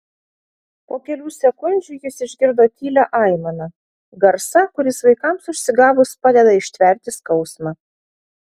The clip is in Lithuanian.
po kelių sekundžių jis išgirdo tylią aimaną garsą kuris vaikams užsigavus padeda ištverti skausmą